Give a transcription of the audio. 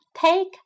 Take